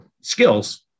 skills